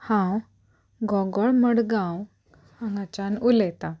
हांव गोगोळ मडगांव हांगाच्यान उलयतां